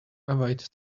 avoid